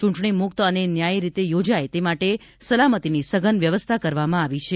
ચૂંટણી મુક્ત અને ન્યાયી રીતે યોજાય તે માટે સલામતીની સઘન વ્યવસ્થા કરવામાં આવી છે